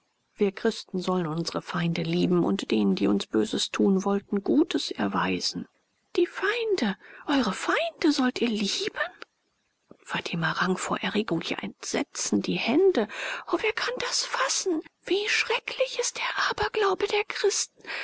wir christen sollen unsre feinde lieben und denen die uns böses tun wollten gutes erweisen die feinde eure feinde sollt ihr lieben fatima rang vor erregung ja entsetzen die hände o wer kann das fassen wie schrecklich ist der aberglaube der christen